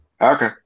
okay